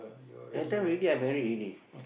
that time already I married already